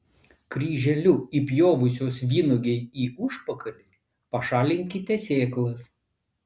kryželiu įpjovusios vynuogei į užpakalį pašalinkite sėklas